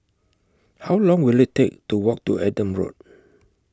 How Long Will IT Take to Walk to Adam Road